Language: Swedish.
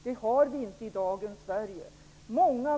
Det har vi inte i dagens Sverige.